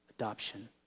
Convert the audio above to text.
Adoption